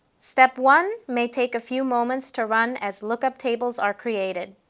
step one may take a few moments to run as lookup tables are created.